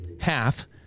half